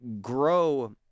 grow